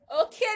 okay